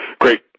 Great